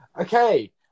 Okay